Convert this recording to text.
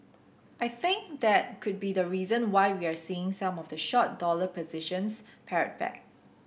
I think that could be a reason why we're seeing some of the short dollar positions pared back